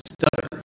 Stutter